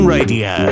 Radio